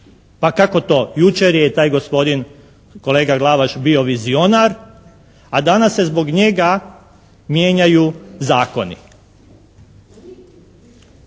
Pa kako to? Jučer je taj gospodin kolega Glavaš bio vizionar a danas se zbog njega mijenjaju zakoni.